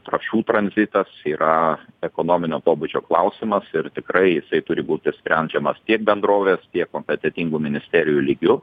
trąšų tranzitas yra ekonominio pobūdžio klausimas ir tikrai jisai turi būti sprendžiamas tiek bendrovės tie kompetentingų ministerijų lygiu